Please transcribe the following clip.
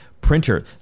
printer